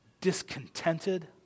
discontented